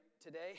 today